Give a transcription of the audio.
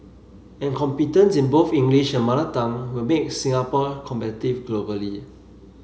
and competence in both English and Mother Tongue will make Singapore competitive globally